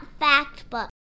Factbook